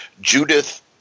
Judith